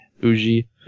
Uji